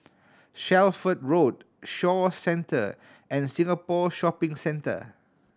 Shelford Road Shaw Centre and Singapore Shopping Centre